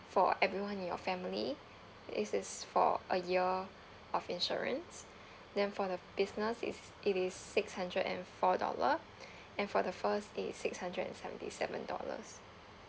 for everyone in your family this is for a year of insurance then for the business it's it is six hundred and four dollar and for the first it is six hundred and seventy seven dollars